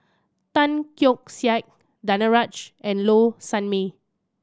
Tan Keong Saik Danaraj and Low Sanmay